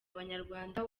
abanyarwanda